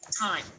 time